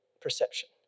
perception